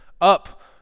Up